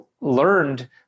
learned